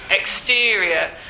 exterior